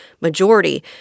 majority